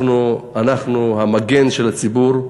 אנחנו המגן של הציבור,